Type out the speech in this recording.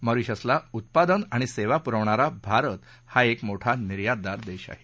मॉरीशसला उत्पादन आणि सेवा पुरवणारा भारत हा एक मोठा निर्यातदार देश आहे